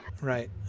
Right